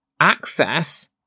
access